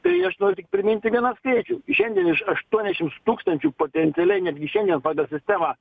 tai aš noriu tik priminti vieną skaičių šiandien iš aštuoniasdešimts tūkstančių potencialiai netgi šiandien pagal sistemą